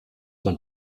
man